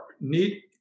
need